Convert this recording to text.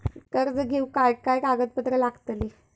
कर्ज घेऊक काय काय कागदपत्र लागतली?